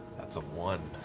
that's a one.